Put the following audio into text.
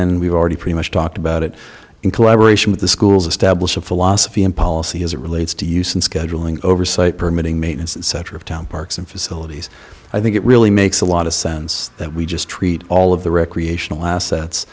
then we've already pretty much talked about it in collaboration with the schools establish a philosophy and policy as it relates to use and scheduling oversight permitting meat and center of town parks and facilities i think it really makes a lot of sense that we just treat all of the recreational assets